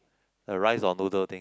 the rice or noodle thing